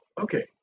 okay